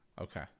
Okay